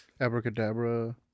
Abracadabra